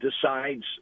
decides